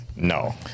No